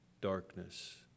darkness